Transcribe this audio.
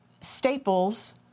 staples